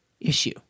issue